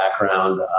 background